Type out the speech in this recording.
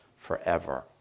forever